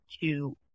two